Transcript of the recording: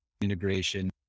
integration